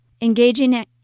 engaging